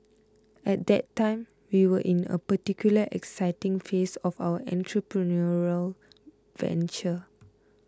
at that time we were in a particularly exciting phase of our entrepreneurial venture